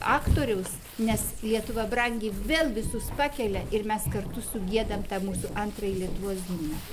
aktoriaus nes lietuva brangi vėl visus pakelia ir mes kartu sugiedam tą mūsų antrąjį lietuvos himną